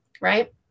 Right